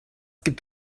gibt